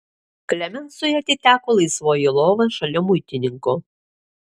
klemensui atiteko laisvoji lova šalia muitininko